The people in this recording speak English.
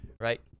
right